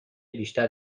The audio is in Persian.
بیشتر